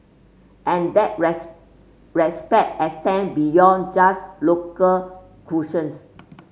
and that rest respect extend beyond just local cuisines